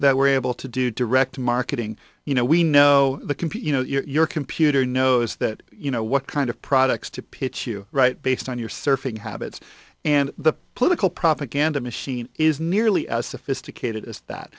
that we're able to do direct marketing you know we know the compete you know your computer knows that you know what kind of products to pitch you right based on your surfing habits and the political propaganda machine is nearly as sophisticated as